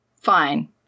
fine